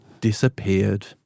disappeared